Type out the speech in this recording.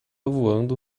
voando